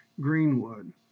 Greenwood